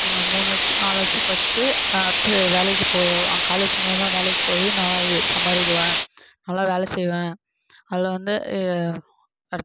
மூணு வருஷ் நாலு வருடம் படித்துட்டு அடுத்து வேலைக்கு போய் காலேஜ் மூலிமா வேலைக்கு போய் நான் சம்பாரிக்குவேன் நல்லா வேலை செய்வேன் அதை வந்து அடுத்